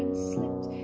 slept.